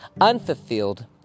unfulfilled